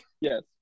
Yes